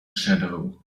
shadow